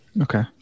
Okay